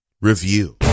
review